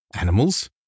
Animals